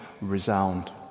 resound